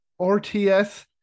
RTS